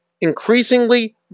increasingly